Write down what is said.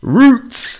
roots